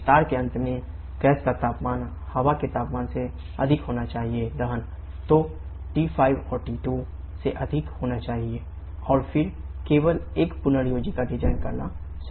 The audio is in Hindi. अब पुनर्जनन करना संभव है